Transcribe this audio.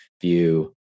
view